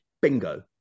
Bingo